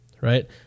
right